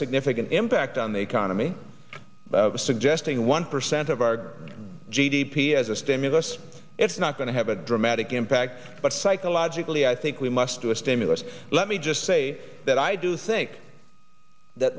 significant impact on the economy suggesting one percent of our g d p as a stimulus it's not going to have a dramatic impact but psychologically i think we must do a stimulus let me just say that i do think